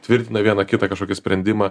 tvirtina vieną kitą kažkokį sprendimą